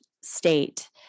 state